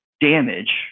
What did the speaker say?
damage